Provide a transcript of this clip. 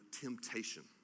temptation